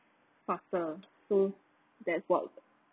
faster so that's what